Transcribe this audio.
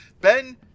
Ben